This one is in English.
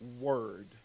Word